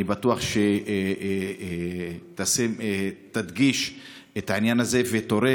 ואני בטוח שתדגיש את העניין הזה ותורה